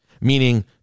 meaning